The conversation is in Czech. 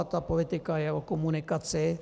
A politika je o komunikaci.